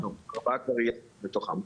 ארבעה כבר יש מתוכם.